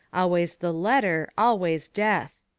always the letter, always death!